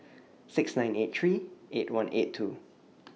six nine eight three eight one eight two